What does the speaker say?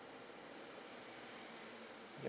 ya